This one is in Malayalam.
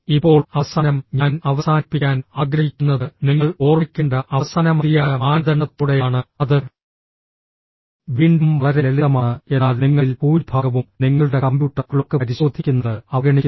ഇപ്പോൾ അവസാനം ഞാൻ അവസാനിപ്പിക്കാൻ ആഗ്രഹിക്കുന്നത് നിങ്ങൾ ഓർമ്മിക്കേണ്ട അവസാന മതിയായ മാനദണ്ഡത്തോടെയാണ് അത് വീണ്ടും വളരെ ലളിതമാണ് എന്നാൽ നിങ്ങളിൽ ഭൂരിഭാഗവും നിങ്ങളുടെ കമ്പ്യൂട്ടർ ക്ലോക്ക് പരിശോധിക്കുന്നത് അവഗണിക്കുന്നു